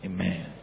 Amen